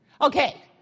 Okay